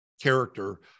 character